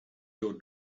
your